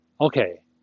okay